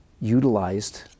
utilized